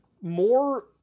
more